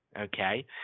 okay